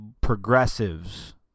progressives